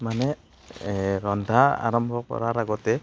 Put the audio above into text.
মানে ৰন্ধা আৰম্ভ কৰাৰ আগতে